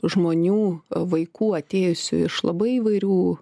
žmonių vaikų atėjusių iš labai įvairių